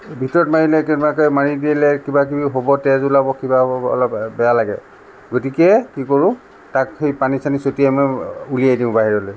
ভিতৰত মাৰিলে কেনেবাকে মাৰি দিলে কিবা কিবি হ'ব তেজ ওলাব কিবা হ'ব অলপ বেয়া লাগে গতিকে কি কৰোঁ তাক সেই পানী চানী চটিয়াই মই উলিয়াই দিওঁ বাহিৰলৈ